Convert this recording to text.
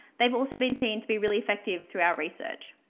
they've also been seen to be really effective through our research.